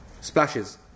splashes